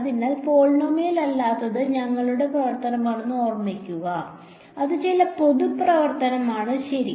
അതിനാൽ പോളിനോമിയൽ അല്ലാത്തത് ഞങ്ങളുടെ പ്രവർത്തനമാണെന്ന് ഓർമ്മിക്കുക ഇത് ചില പൊതു പ്രവർത്തനമാണ് ശരി